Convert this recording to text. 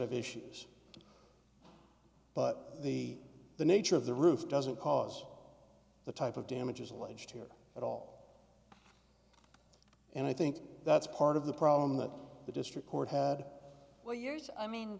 of issues but the the nature of the roof doesn't cause the type of damages alleged here at all and i think that's part of the problem that the district court had for years i mean